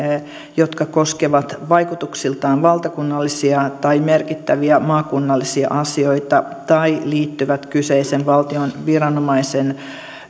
jotka koskevat vaikutuksiltaan valtakunnallisia tai merkittäviä maakunnallisia asioita tai liittyvät kyseisen valtion viranomaisen